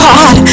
God